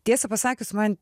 tiesą pasakius man